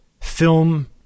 film